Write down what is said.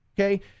Okay